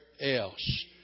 else